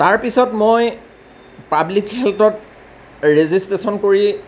তাৰ পিছত মই পাব্লিক হেলথত ৰেজিষ্ট্ৰেচন কৰি